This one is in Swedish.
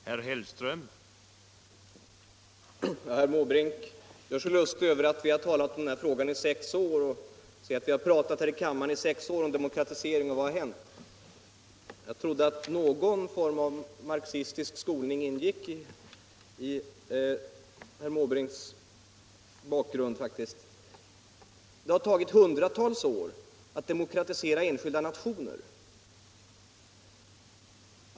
Herr talman! Nu gör sig herr Måbrink lustig över att den här frågan varit aktuell i sex år. Han säger att vi har pratat här i kammaren i sex år om demokratisering av Världsbanken och frågar: Vad har hänt? Jag trodde faktiskt att någon form av marxistisk skolning ingick i herr Måbrinks bakgrund. Det har tagit hundratals år att demokratisera enskilda nationer.